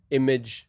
image